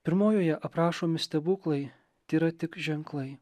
pirmojoje aprašomi stebuklai tėra tik ženklai